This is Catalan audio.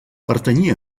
pertanyia